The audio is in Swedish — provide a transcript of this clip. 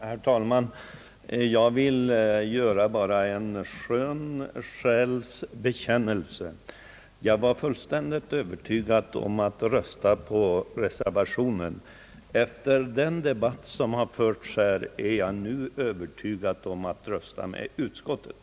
Herr talman! Jag vill bara göra en skön själs bekännelse. Jag var fullständigt övertygad om att jag skulle rösta på reservationen, men efter denna debatt som förts här har jag blivit övertygad om att jag skall rösta med utskottet.